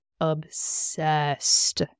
obsessed